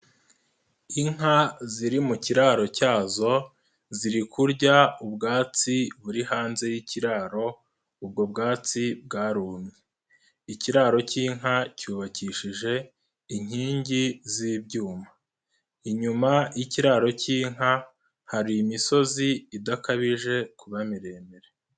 Inka ziri mu kiraro cyazo ziri kurya ubwatsi buri hanze y'ikiraro ubwo bwatsi bwarumye, ikiraro k'inka cyubakishije inkingi z'ibyuma, inyuma y'ikiraro k'inka hari imisozi idakabije kuba miremire.